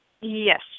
Yes